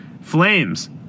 flames